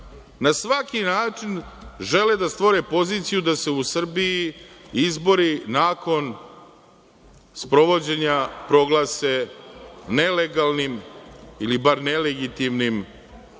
na svaki način žele da stvore poziciju da se u Srbiji izbori nakon sprovođenja proglase nelegalnim ili bar nelegitimnim